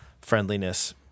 friendliness